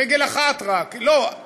רק עם רגל אחת: לא,